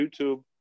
youtube